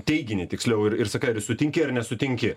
teiginį tiksliau ir ir sakai ar sutinki ar nesutinki